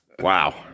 Wow